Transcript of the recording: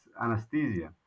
anesthesia